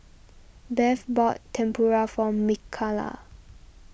Bev bought Tempura for Mikalah